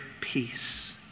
peace